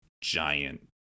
giant